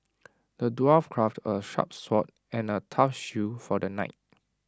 the dwarf crafted A sharp sword and A tough shield for the knight